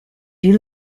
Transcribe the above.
you